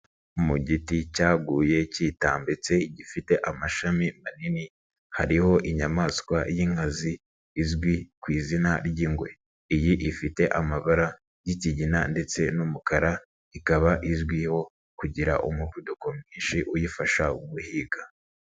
Mu giti cyaguye kitambitse gifite amashami manini, hariho inyamaswa y'inkazi izwi ku izina ry'ingwe. Iyi ifite amabara y'ikigina ndetse n'umukara, ikaba izwiho kugira umuvuduko mwinshi uyifasha guhiga.